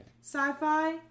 Sci-fi